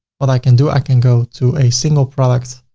but i can do, i can go to a single product,